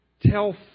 tell